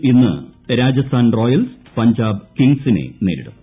എല്ലിൽ ഇന്ന് രാജസ്ഥാൻ റോയൽസ് പഞ്ചാബ് കിങ്സിനെ നേരിടും